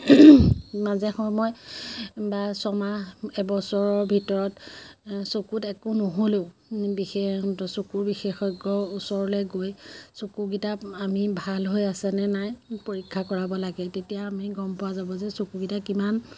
মাজে সময়ে বা ছমাহ এবছৰৰ ভিতৰত চকুত একো নহ'লেও বিশেষ চকুৰ বিশেষজ্ঞৰ ওচৰলে গৈ চকুকেইটা আমি ভাল হৈ আছেনে নাই পৰীক্ষা কৰাব লাগে তেতিয়া আমি গম পোৱা যাব যে চকুকেইটা কিমান